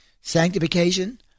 sanctification